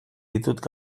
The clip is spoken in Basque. ditut